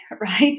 right